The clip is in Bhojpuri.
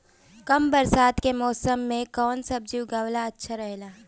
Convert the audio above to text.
कम बरसात के मौसम में कउन सब्जी उगावल अच्छा रहेला?